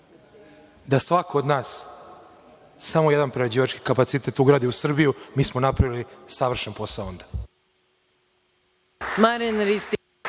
da svako od nas samo jedan prerađivački kapacitet ugradi u Srbiju mi smo uradili savršen posao.